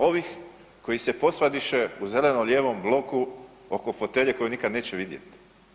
Ovih koji se posvadiše u zeleno-lijevom bloku oko fotelje koju nikada neće vidjeti.